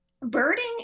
birding